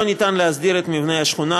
אין אפשרות להסדיר את מבני השכונה,